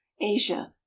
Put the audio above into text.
asia